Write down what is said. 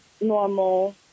normal